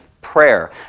prayer